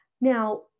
Now